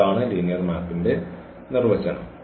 അതാണ് ലീനിയർ മാപ്പിന്റെ നിർവചനം